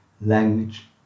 language